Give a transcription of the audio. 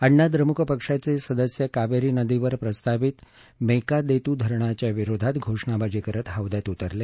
अण्णाद्रमुक पक्षाचे सदस्य कावेरी नदीवर प्रस्तावित मेकादेतु धरणाच्या विरोधात घोषणाबाजी करत हौद्यात उतरले